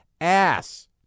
ass